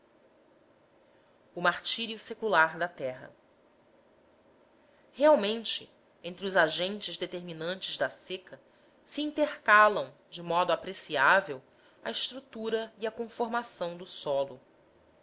o martírio secular da terra realmente entre os agentes determinantes da seca se intercalam de modo apreciável a estrutura e a conformação do solo